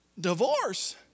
Divorce